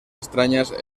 extrañas